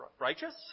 righteous